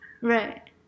Right